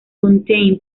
fontaine